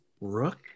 Rook